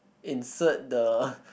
insert the